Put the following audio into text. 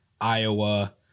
Iowa